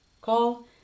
call